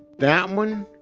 that one,